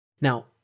Now